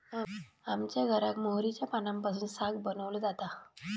आमच्या घराक मोहरीच्या पानांपासून साग बनवलो जाता